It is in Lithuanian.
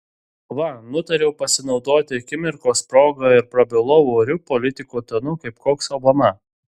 va nutariau pasinaudoti akimirkos proga ir prabilau oriu politiko tonu kaip koks obama